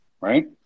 right